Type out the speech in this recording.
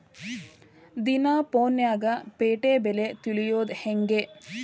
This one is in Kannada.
ದಿನಾ ಫೋನ್ಯಾಗ್ ಪೇಟೆ ಬೆಲೆ ತಿಳಿಯೋದ್ ಹೆಂಗ್?